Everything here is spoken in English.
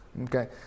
Okay